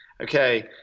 Okay